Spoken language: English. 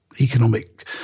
economic